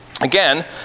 Again